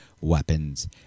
weapons